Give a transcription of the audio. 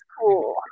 cool